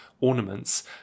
ornaments